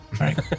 Right